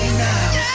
now